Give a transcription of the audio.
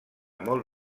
molt